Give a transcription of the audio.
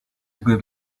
give